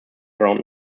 around